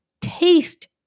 taste